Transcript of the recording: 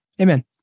Amen